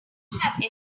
have